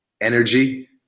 energy